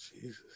Jesus